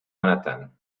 manhattan